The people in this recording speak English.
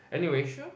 anyway